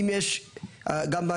כן.